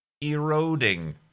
Eroding